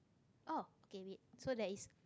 oh okay wait so there is